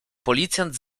policjant